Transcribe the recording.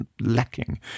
lacking